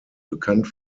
bekannt